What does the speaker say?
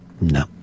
No